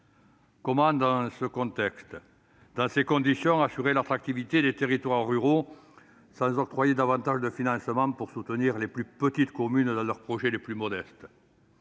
Comment, dans ce contexte, assurer l'attractivité de nos territoires ruraux sans octroyer davantage de financements pour soutenir les plus petites communes dans leurs projets les plus modestes ?